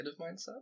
mindset